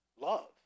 love